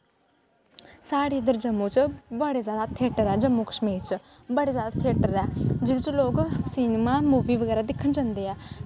साढ़े इद्धर बड़े जैदा थियेटर ऐ डम्मू कश्मीर च बड़े जैदा थियेटर ऐ जेह्दे च लोग सिनमा मूवी बगैरा दिक्खन जंदे ऐ